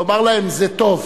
תאמר להם: זה טוב.